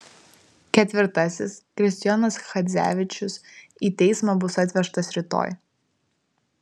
ketvirtasis kristijonas chadzevičius į teismą bus atvežtas rytoj